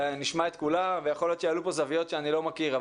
נשמע את כל הנוכחים ויכול להיות שיעלו זוויות שאני לא מכיר.